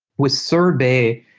with sorbet,